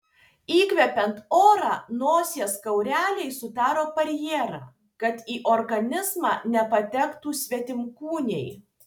įkvepiant orą nosies gaureliai sudaro barjerą kad į organizmą nepatektų svetimkūniai